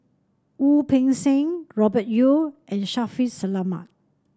Wu Peng Seng Robert Yeo and Shaffiq Selamat